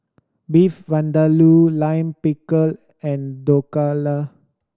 Beef Vindaloo Lime Pickle and Dhokla